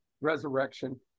resurrection